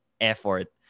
effort